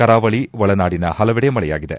ಕರಾವಳಿ ಒಳನಾಡಿನ ಹಲವೆಡೆ ಮಳೆಯಾಗಿದೆ